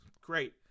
Great